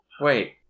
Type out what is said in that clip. Wait